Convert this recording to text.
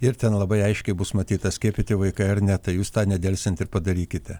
ir ten labai aiškiai bus matyt ar skiepyti vaikai ar ne tai jūs tą nedelsiant ir padarykite